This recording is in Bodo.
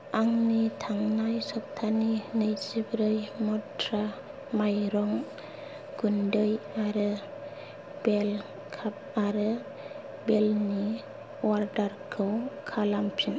आंनि थांनाय सप्थानि नैजाब्रै मन्त्रा माइरं गुन्दै आरो सेल' काप आरो प्लेटनि अर्डारखौ खालामफिन